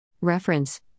Reference